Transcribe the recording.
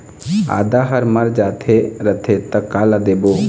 आदा हर मर जाथे रथे त काला देबो?